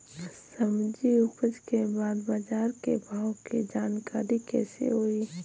सब्जी उपज के बाद बाजार के भाव के जानकारी कैसे होई?